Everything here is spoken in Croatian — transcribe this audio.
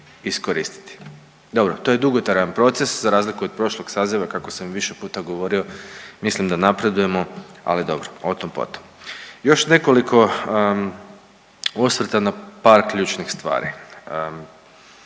iskoristiti. Dobro, to je dugotrajan proces za razliku od prošlog saziva kako sam više puta govorio mislim da napredujemo, ali dobro o tom potom. Još nekoliko osvrta na par ključnih stvari.